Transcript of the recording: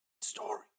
story